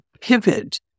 pivot